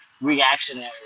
reactionary